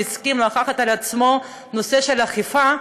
שהסכים לקחת על עצמו את הנושא של אכיפה,